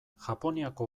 japoniako